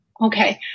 Okay